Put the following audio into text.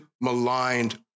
maligned